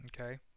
Okay